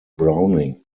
browning